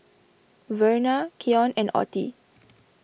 Verna Keon and Ottie